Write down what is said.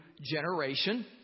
generation